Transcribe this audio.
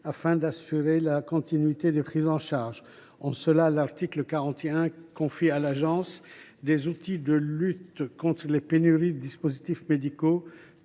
pour assurer la continuité des prises en charge. De la sorte, l’article 41 confie à l’ANSM des outils de lutte contre les pénuries de dispositifs médicaux